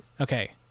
Okay